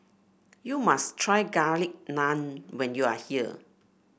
you must try Garlic Naan when you are here